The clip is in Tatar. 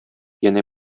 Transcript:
янә